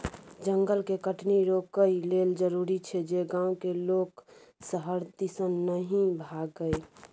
जंगल के कटनी रोकइ लेल जरूरी छै जे गांव के लोक शहर दिसन नइ भागइ